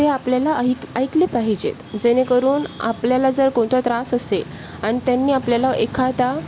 ते आपल्याला ऐक ऐकले पाहिजेत जेणेकरून आपल्याला जर कोणता त्रास असेल आणि त्यांनी आपल्याला एखादा